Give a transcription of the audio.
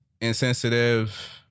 insensitive